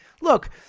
look